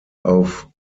auf